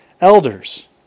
elders